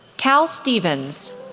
cal stephens,